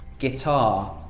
guitar